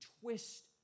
twist